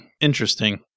interesting